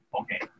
Okay